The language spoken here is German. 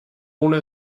ohne